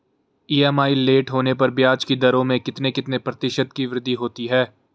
EMI late होने पर ब्याज की दरों में कितने कितने प्रतिशत की वृद्धि होती है?